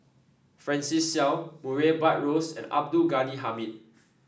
Francis Seow Murray Buttrose and Abdul Ghani Hamid